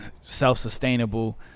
Self-sustainable